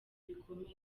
bikomeye